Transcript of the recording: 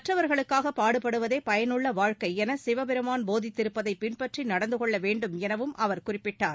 மற்றவர்களுக்காக பாடுபடுவதே பயனுள்ள வாழ்க்கை என சிவபெருமான் போதித்திருப்பதை பின்பற்றி நடந்து கொள்ள வேண்டும் எனவும் அவர் குறிப்பிட்டார்